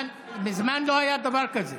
מזמן לא היה דבר כזה.